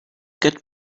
get